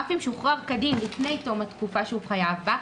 אף אם שוחרר כדין לפני תום התקופה שהוא חייב בה,